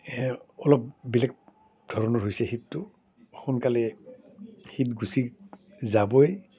অলপ বেলেগ ধৰণৰ হৈছে শীতটো সোনকালে শীত গুচি যাবই